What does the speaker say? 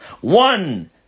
One